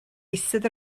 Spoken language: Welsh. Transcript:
eistedd